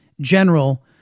general